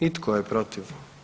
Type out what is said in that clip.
I tko je protiv?